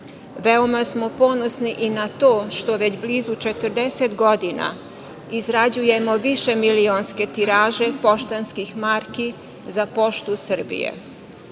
Veoma smo ponosni i na to što već blizu 40 godina izrađujemo višemilionske tiraže poštanskih marki za „Poštu Srbije“.